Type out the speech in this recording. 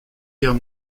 guerre